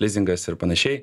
lizingas ir panašiai